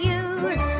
use